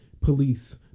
police